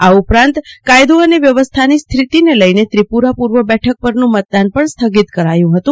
આ ઉપરાંત કાયદો અને વ્યવસ્થાની સ્થિતિને લઇ ત્રિપૂરા પૂર્વ બેઠક પરનું મતદાન સ્થગિત કરાયું હતું